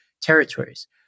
territories